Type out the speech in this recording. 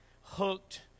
hooked